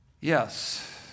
Yes